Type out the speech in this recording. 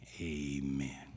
Amen